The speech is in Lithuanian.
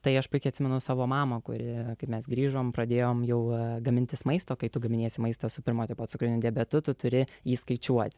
tai aš puikiai atsimenu savo mamą kuri kaip mes grįžome pradėjom jau gamintis maisto kai tu gaminiesi maistą su pirmo tipo cukriniu diabetu tu turi įskaičiuoti